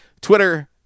Twitter